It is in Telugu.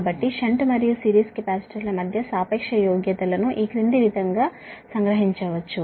కాబట్టి షంట్ మరియు సిరీస్ కెపాసిటర్ల మధ్య సాపేక్ష యోగ్యతలను ఈ క్రింది విధంగా సంగ్రహించవచ్చు